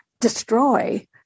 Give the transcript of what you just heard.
destroy